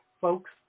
folks